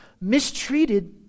mistreated